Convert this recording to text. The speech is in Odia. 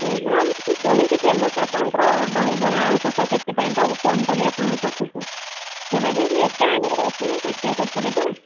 ହଁ ମୁଁ ବି ଶୁଣିଛି ଆପଣଙ୍କର ଫେମସ୍ ଆପଣଙ୍କର ଦହିବରା ଆଳୁକଷା ସେଥିପାଇଁ ତ ଫୋନ କଲି ଆପଣଙ୍କ ପାଖକୁ ଯାହାବି ହେଲେ ଏତେ ଆଣିବାର ଅଛି ନା ଷାଠିଏ ସତୁରିଟା